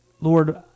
Lord